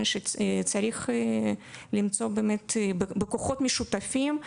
שצריך למצוא באמת בכוחות משותפים,